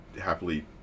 happily